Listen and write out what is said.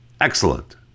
Excellent